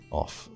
off